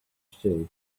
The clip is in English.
still